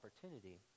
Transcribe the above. opportunity